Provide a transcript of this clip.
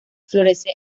florece